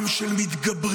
עם של מתגברים,